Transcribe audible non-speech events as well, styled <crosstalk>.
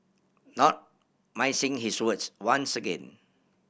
not <unintelligible> his words once again